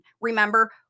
Remember